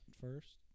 first